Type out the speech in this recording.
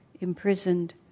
imprisoned